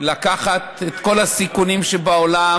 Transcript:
לקחת את כל הסיכונים שבעולם,